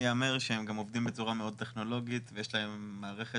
הם גם עובדים בצורה מאוד טכנולוגית ויש להם מערכת